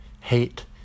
Hate